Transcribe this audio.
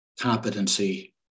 competency